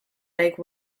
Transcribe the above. like